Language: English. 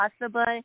possible